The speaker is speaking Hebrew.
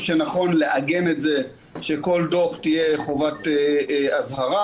שנכון לעגן את זה שבכל דוח תהיה חובת אזהרה.